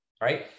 Right